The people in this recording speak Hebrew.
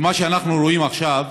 ומה שאנחנו רואים עכשיו,